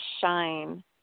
shine